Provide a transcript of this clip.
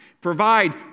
provide